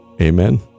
Amen